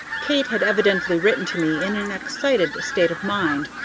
kate had evidently written to me in an excited state of mind,